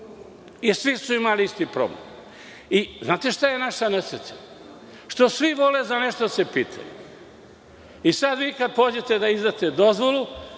i svi su imali isti problem. Znate šta je naša nesreća? Što svi vole za nešto da se pitaju. Sada, kada vi pođete da izdate dozvolu,